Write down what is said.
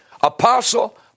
apostle